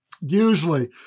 usually